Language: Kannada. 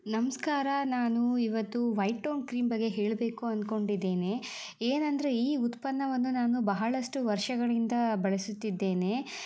ನಮಸ್ಕಾರ ನಾನು ಇವತ್ತು ವೈಟ್ ಟೋನ್ ಕ್ರೀಮ್ ಬಗ್ಗೆ ಹೇಳಬೇಕು ಅನ್ಕೊಂಡಿದ್ದೀನಿ ಏನಂದರೆ ಈ ಉತ್ಪನ್ನವನ್ನು ನಾನು ಬಹಳಷ್ಟು ವರ್ಷಗಳಿಂದ ಬಳಸುತ್ತಿದ್ದೇನೆ